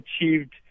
achieved